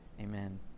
Amen